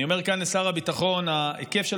אני אומר כאן לשר הביטחון: ההיקף של